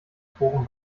forum